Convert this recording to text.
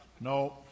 No